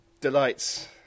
delights